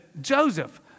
Joseph